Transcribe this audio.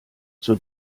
zur